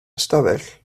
ystafell